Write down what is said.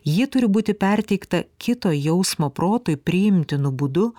ji turi būti perteikta kito jausmo protui priimtinu būdu